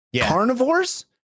carnivores